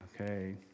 Okay